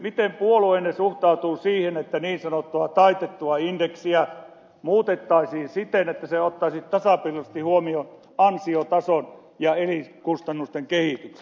miten puolueenne suhtautuu siihen että niin sanottua taitettua indeksiä muutettaisiin siten että se ottaisi tasapuolisesti huomioon ansiotason ja elinkustannusten kehityksen